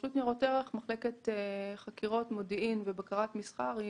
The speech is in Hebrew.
מחלקת חקירות-מודיעין ובקרת מסחר ברשות